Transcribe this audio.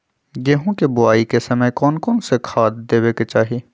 गेंहू के बोआई के समय कौन कौन से खाद देवे के चाही?